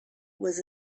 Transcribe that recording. was